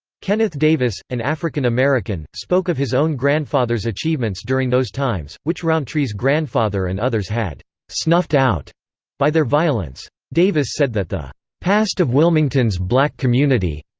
kenneth davis, an african american, spoke of his own grandfather's achievements during those times, which rountree's grandfather and others had snuffed out by their violence. davis said that the past of wilmington's black community.